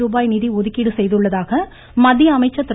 ரூபாய் நிதி அதுக்கீடு செய்துள்ளதாக மத்திய அமைச்சர் திரு